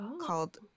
called